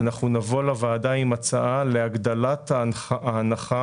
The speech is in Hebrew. אנחנו נבוא לוועדה עם הצעה להגדלת ההנחה